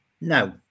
No